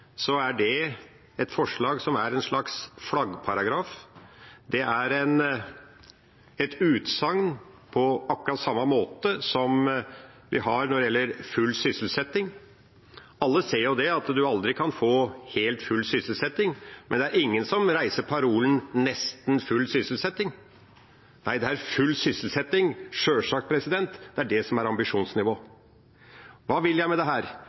er det et forslag som er en slags flaggparagraf. Det er et utsagn på akkurat samme måte som vi har når det gjelder full sysselsetting. Alle ser jo at en aldri kan få helt full sysselsetting, men det er ingen som reiser parolen «nesten full sysselsetting». Nei, det er full sysselsetting – sjølsagt – som er ambisjonsnivået. Hva vil jeg med